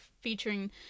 featuring